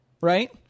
right